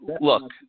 Look